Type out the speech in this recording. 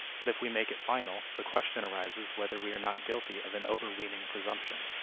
but if we make it final, the question arises whether we are not guilty of an overweening presumption.